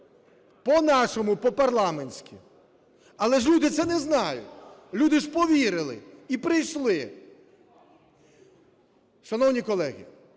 по-нашому, по-парламентськи. Але ж люди це не знають. Люди ж повірили і прийшли. Шановні колеги,